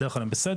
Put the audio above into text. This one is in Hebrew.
בדרך כלל הם בסדר,